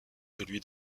celui